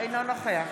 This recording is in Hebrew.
נוכח